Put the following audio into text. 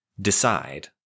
decide